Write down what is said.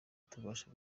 tubasha